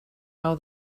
how